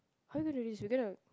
how are you going to reach you going to